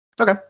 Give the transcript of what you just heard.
Okay